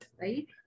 right